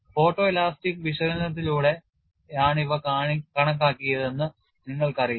photoelastic വിശകലനത്തിലൂടെയാണ് ഇവ കണക്കാക്കിയതെന്ന് നിങ്ങൾക്കറിയാം